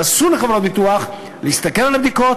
ואסור לחברות ביטוח להסתכל על הבדיקות